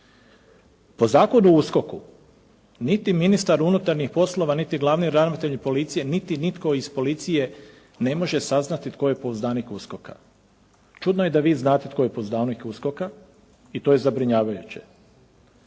Po Zakonu o USKOK-u niti ministar unutarnjih poslova niti glavni ravnatelj policije, niti nitko iz policije ne može saznati tko je pouzdanik USKOK-a. Čudno je da vi znate tko je pouzdanik USKOK-a i to je zabrinjavajuće.